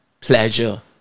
pleasure